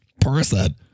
person